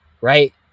right